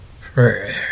Prayer